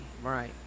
Right